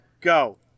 go